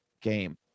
game